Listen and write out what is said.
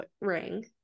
ring